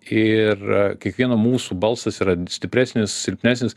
ir kiekvieno mūsų balsas yra stipresnis silpnesnis